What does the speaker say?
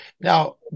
Now